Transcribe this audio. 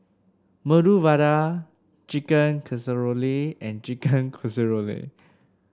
Medu Vada Chicken Casserole and Chicken Casserole